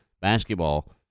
basketball